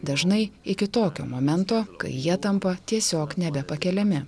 dažnai iki tokio momento kai jie tampa tiesiog nebepakeliami